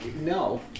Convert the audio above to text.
No